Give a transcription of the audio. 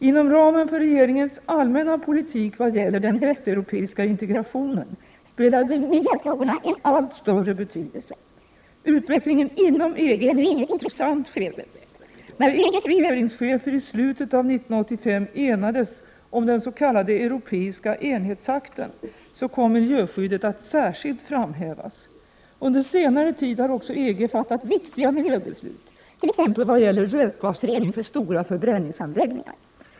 Inom ramen för regeringens allmänna politik vad gäller den västeuropeiska integrationen spelar miljöfrågorna en allt större roll. Utvecklingen inom EG är nu inne i ett intressant skede. När EG:s regeringschefer i slutet av 1985 enades om den s.k. Europeiska enhetsakten kom miljöskyddet att särskilt framhävas. Under senare tid har också EG fattat viktiga miljöbeslut, t.ex. vad gäller rökgasrening för stora förbränningsanläggningar. 5.